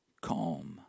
calm